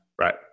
Right